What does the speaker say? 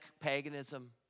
paganism